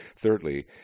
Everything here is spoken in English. Thirdly